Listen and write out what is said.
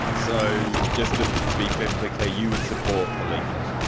so just to be perfectly clear, you would support the leaflet?